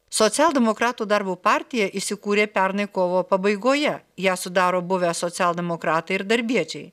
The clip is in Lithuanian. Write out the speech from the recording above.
socialdemokratų darbo partija įsikūrė pernai kovo pabaigoje ją sudaro buvę socialdemokratai ir darbiečiai